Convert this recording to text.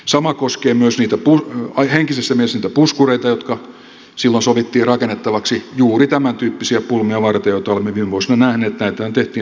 sama koskee myös henkisessä mielessä niitä puskureita jotka silloin sovittiin rakennettavaksi juuri tämäntyyppisiä pulmia varten joita olemme viime vuosina nähneet